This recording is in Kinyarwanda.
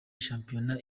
shampiyona